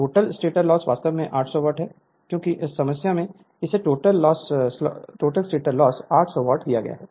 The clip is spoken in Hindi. टोटल स्टेटर लॉस वास्तव में 800 वॉट है क्योंकि समस्या में इसे टोटल स्टेटर लॉस 800 वॉट दिया गया है